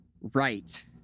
Right